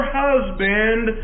husband